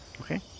Okay